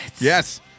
Yes